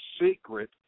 secret